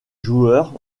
joueur